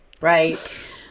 right